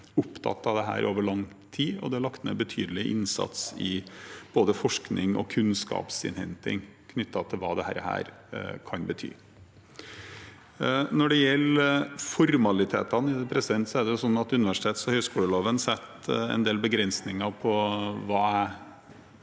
opptatt av dette over lang tid, og det er lagt ned en betydelig innsats i både forskning og kunnskapsinnhenting knyttet til hva dette kan bety. Når det gjelder formalitetene, setter universitets- og høgskoleloven en del begrensninger på hva